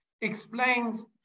Explains